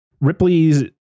Ripley's